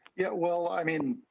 yeah well, i mean,